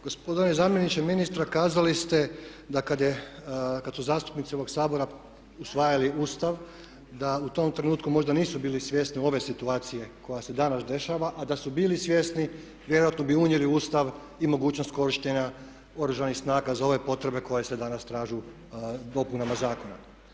Gospodine zamjeniče ministra kazali ste da kad su zastupnici ovog Sabora usvajali Ustav da u tom trenutku možda nisu bili svjesni ove situacije koja se danas dešava, a da su bili svjesni vjerojatno bi unijeli u Ustav i mogućnost korištenja Oružanih snaga za ove potrebe koje se danas traže u dopunama zakona.